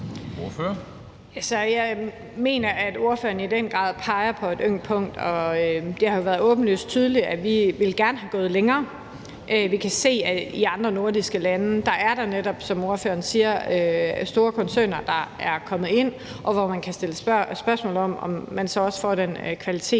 jeg mener, at ordføreren i den grad peger på et ømt punkt. Og det har jo været åbenlyst tydeligt, at vi gerne ville være gået længere. Vi kan se, at der i de andre nordiske lande, netop som ordføreren siger, er kommet store koncerner ind, hvorfor man kan sætte spørgsmålstegn ved, om man så også får den bedste